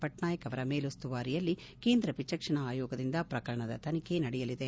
ಪಟ್ನಾಯಕ್ ಅವರ ಮೇಲುಸ್ತವಾರಿಯಲ್ಲಿ ಕೇಂದ್ರ ವಿಚಕ್ಷಣಾ ಆಯೋಗದಿಂದ ಪ್ರಕರಣದ ತನಿಖೆ ನಡೆಯಲಿದೆ